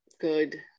good